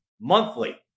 monthly